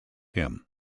him